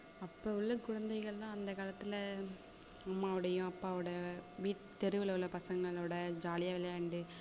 அப்போ உள்ளே குழந்தைகள்லாம் அந்த காலத்தில் அம்மாவோடையும் அப்பாவோடய வீட் தெருவில் உள்ள பசங்களோடய ஜாலியாக விளையாண்டு